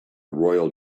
royal